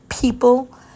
people